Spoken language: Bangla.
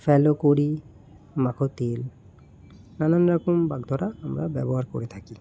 ফেলো কড়ি মাখো তেল নানান রকম বাগ্ধারা আমরা ব্যবহার করে থাকি